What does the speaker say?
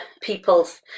peoples